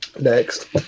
next